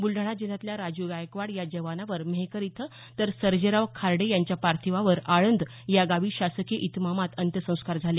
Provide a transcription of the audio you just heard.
ब्लडाणा जिल्ह्यातल्या राज् गायकवाड या जवानावर मेहकर इथं तर सर्जेराव खार्डे यांच्या पार्थिवावर आळंद या गावी शासकीय इतमामात अंत्यसंस्कार झाले